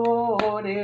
Lord